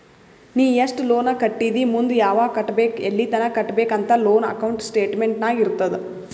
ನೀ ಎಸ್ಟ್ ಲೋನ್ ಕಟ್ಟಿದಿ ಮುಂದ್ ಯಾವಗ್ ಕಟ್ಟಬೇಕ್ ಎಲ್ಲಿತನ ಕಟ್ಟಬೇಕ ಅಂತ್ ಲೋನ್ ಅಕೌಂಟ್ ಸ್ಟೇಟ್ಮೆಂಟ್ ನಾಗ್ ಇರ್ತುದ್